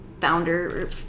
founder